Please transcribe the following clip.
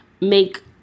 make